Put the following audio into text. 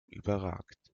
überragt